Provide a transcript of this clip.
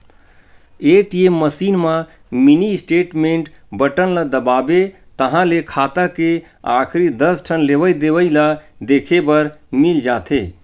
ATM machine म mini statement button ल दबाबे ताहाँले खाता के आखरी दस ठन लेवइ देवइ ल देखे बर मिल जाथे